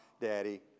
daddy